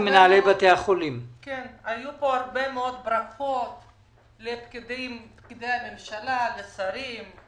היו פה הרבה מאוד ברכות לפקידי הממשלה, לשרים,